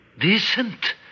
Decent